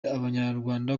abanyarwanda